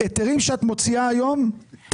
היתרים שאת מוציאה היום,